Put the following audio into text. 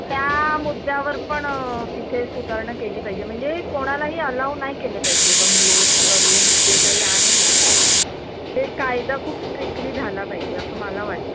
त्या मुद्द्यावर पण तिथे सुधारणा केली पाहिजे म्हणजे कोणालाही अलाऊ नाही केलं पाहिजे बंगलोज किंवा रूम्स जे काही आहे ना ते कायदा खूप स्ट्रिक्टली झाला पाहिजे असं मला वाटतं